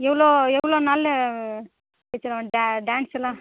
எவ்வளோ எவ்வளோ நாளில் டீச்சர் அவன் டான்ஸெல்லாம்